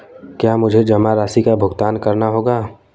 क्या मुझे जमा राशि का भुगतान करना होगा?